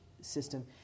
system